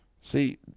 see